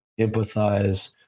empathize